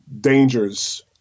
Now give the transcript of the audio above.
dangers